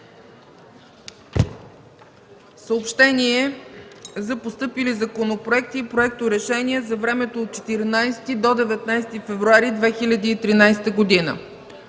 Съобщение за постъпили законопроекти и проекторешения за времето от 14 до 19 февруари 2013 г.: